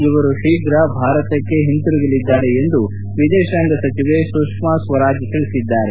ಇವರು ಶೀಪ್ರ ಭಾರತಕ್ಕೆ ಹಿಂದುರುಗಲಿದ್ದಾರೆ ಎಂದು ವಿದೇಶಾಂಗ ಸಚಿವೆ ಸುಷ್ನಾ ಸ್ವರಾಜ್ ತಿಳಿಸಿದ್ದಾರೆ